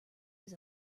was